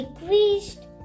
decreased